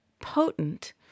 potent